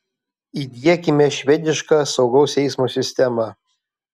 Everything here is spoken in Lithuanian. įdiekime švedišką saugaus eismo sistemą